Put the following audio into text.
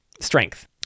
strength